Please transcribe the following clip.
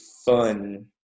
Fun